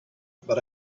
but